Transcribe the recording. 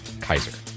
Kaiser